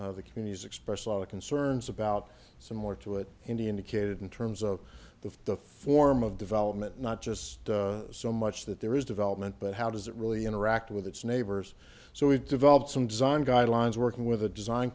that the communities express a lot of concerns about some more to it indian decayed in terms of the the form of development not just so much that there is development but how does it really interact with its neighbors so we've developed some design guidelines working with a design